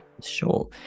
Sure